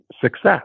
success